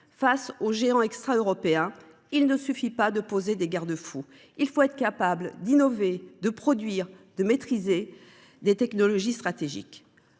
Face aux géants extra européens, il ne suffit pas de poser des garde fous. Il faut être capable d’innover et de produire, ce qui suppose de maîtriser les technologies stratégiques.